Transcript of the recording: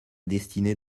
destinée